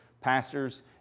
Pastors